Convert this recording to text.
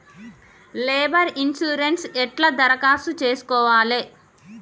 Labour insurance ఎట్ల దరఖాస్తు చేసుకోవాలే?